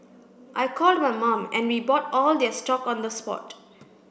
I called my mum and we bought all their stock on the spot